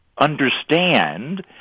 understand